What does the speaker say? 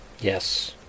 Yes